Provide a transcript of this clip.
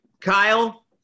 Kyle